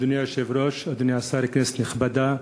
אדוני היושב-ראש, אדוני השר, כנסת נכבדה,